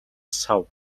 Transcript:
сав